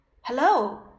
Hello